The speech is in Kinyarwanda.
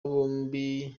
bombi